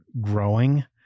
growing